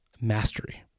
mastery